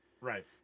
Right